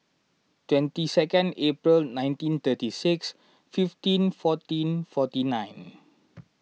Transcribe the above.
twenty second April nineteen thirty six fifteen fourteen forty nine